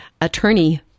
attorney